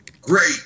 great